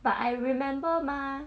but I remember mah